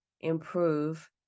improve